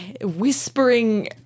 whispering